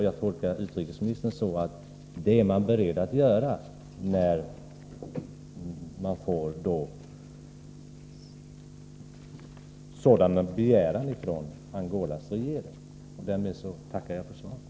Jag tolkar utrikesministern så att man är beredd att göra detta. Därmed tackar jag för svaret.